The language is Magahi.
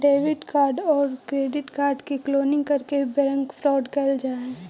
डेबिट कार्ड आउ क्रेडिट कार्ड के क्लोनिंग करके भी बैंक फ्रॉड कैल जा हइ